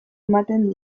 ematen